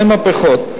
אין מהפכות,